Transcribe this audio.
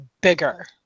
bigger